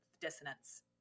dissonance